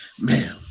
Man